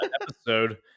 episode